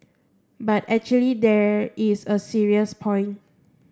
but actually there is a serious point